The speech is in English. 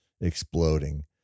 exploding